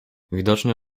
widocznie